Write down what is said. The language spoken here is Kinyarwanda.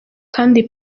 kandi